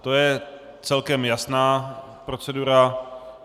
To je celkem jasná procedura.